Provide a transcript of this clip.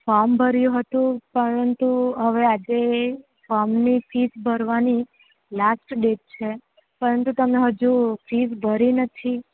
form ભર્યું હતું પરંતુ હવે આજે ફોર્મની ફીસ ભરવાની લાસ્ટ ડેટ છે પરતું તમે હજુ ફીસ ભરી નથી